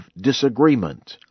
disagreement